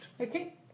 Okay